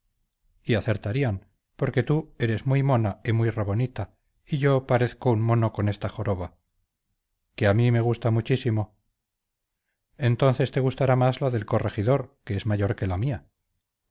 y acertarían porque tú eres muy mona y muy rebonita y yo parezco un mono con esta joroba que a mí me gusta muchísimo entonces te gustará más la del corregidor que es mayor que la mía